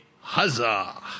huzzah